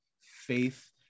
faith